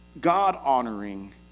God-honoring